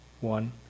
one